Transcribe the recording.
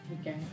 Okay